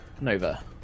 Nova